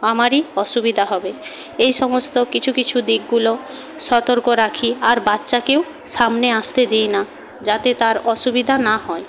আমারই অসুবিধা হবে এই সমস্ত কিছু কিছু দিকগুলো সতর্ক রাখি আর বাচ্চাকেও সামনে আসতে দিই না যাতে তার অসুবিধা না হয়